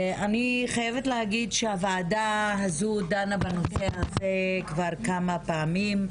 אני חייבת להגיד שהוועדה הזאת דנה בנושא הזה כבר כמה פעמים,